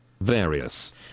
various